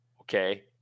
okay